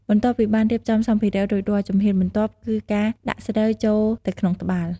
បន្ទាប់ពីបានរៀបចំសម្ភារៈរួចរាល់ ជំហានបន្ទាប់គឺការដាក់ស្រូវចូលទៅក្នុងត្បាល់។